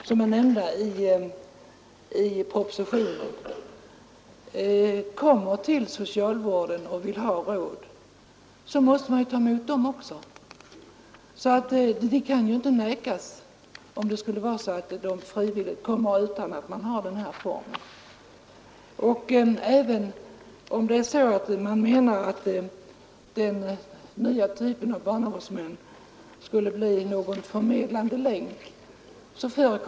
Herr talman! När de som är nämnda i propositionen kommer till socialvården och vill ha råd måste man ta emot dem. Man kan inte neka att ta emot dem om de frivilligt kommer. Även om man menar att den nya typen av barnavårdsmän skulle bli någon sorts förmedlande länk är det inget nytt.